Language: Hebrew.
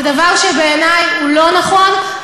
זה דבר שבעיני הוא לא נכון.